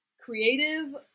creative